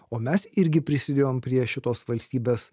o mes irgi prisidėjom prie šitos valstybės